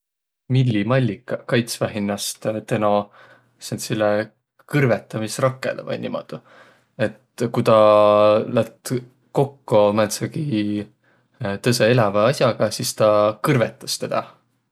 Millimallikaq kaitsvaq hinnäst teno sääntsile kõrvõtamisrakõlõ vai niimoodu. Et tä ku tä lätt kokko määntsegi tõõsõ elävä as'aga, sis tä kõrvõtas tedä.